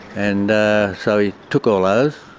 and ah so he took all ah those,